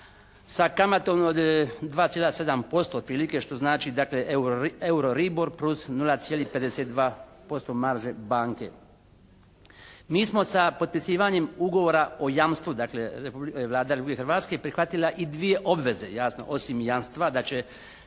sa kamatom od 2,7% otprilike, što znači dakle euro ribo plus 0,52% marže banke. Mi smo sa potpisivanje ugovora o jamstvu, dakle Vlada Republike Hrvatske prihvatila i dvije obveze jasno osim jamstva da će